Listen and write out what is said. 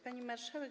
Pani Marszałek!